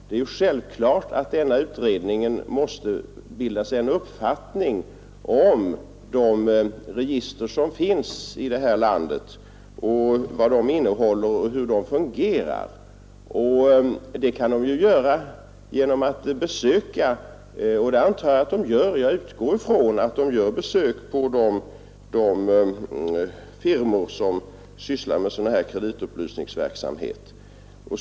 Det är självklart att denna utredning måste bilda sig en uppfattnning om de register som finns i det här landet — om vad de innehåller och om hur de fungerar. Det kan utredningen göra genom att besöka de firmor som sysslar med sådan här kreditupplysningsverksamhet — och det utgår jag från att den gör.